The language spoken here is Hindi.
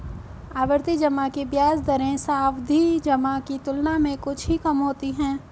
आवर्ती जमा की ब्याज दरें सावधि जमा की तुलना में कुछ ही कम होती हैं